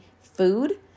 food